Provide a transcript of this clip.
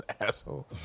asshole